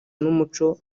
n’umuco